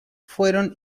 fueron